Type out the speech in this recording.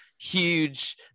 huge